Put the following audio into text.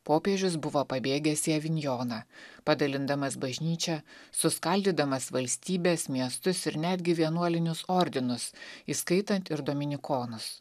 popiežius buvo pabėgęs į avinjoną padalindamas bažnyčią suskaldydamas valstybes miestus ir netgi vienuolinius ordinus įskaitant ir dominikonus